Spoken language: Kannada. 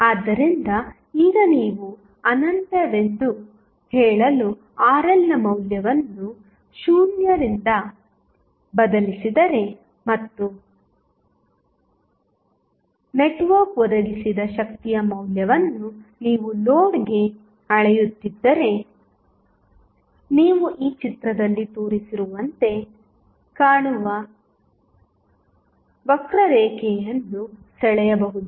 ಆದ್ದರಿಂದ ಈಗ ನೀವು ಅನಂತ ಎಂದು ಹೇಳಲು RL ನ ಮೌಲ್ಯವನ್ನು 0 ರಿಂದ ಬದಲಿಸಿದರೆ ಮತ್ತು ನೆಟ್ವರ್ಕ್ ಒದಗಿಸಿದ ಶಕ್ತಿಯ ಮೌಲ್ಯವನ್ನು ನೀವು ಲೋಡ್ಗೆ ಅಳೆಯುತ್ತಿದ್ದರೆ ನೀವು ಈ ಚಿತ್ರದಲ್ಲಿ ತೋರಿಸಿರುವಂತೆ ಕಾಣುವ ವಕ್ರರೇಖೆಯನ್ನು ಸೆಳೆಯಬಹುದು